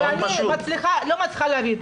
אני לא מצליחה להבין,